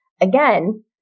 again